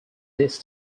this